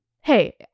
hey